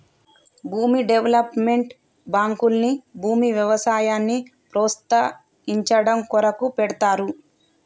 భూమి డెవలప్మెంట్ బాంకుల్ని భూమి వ్యవసాయాన్ని ప్రోస్తయించడం కొరకు పెడ్తారు